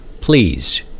please